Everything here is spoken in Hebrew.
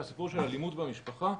מהסיפור של אלימות במשפחה,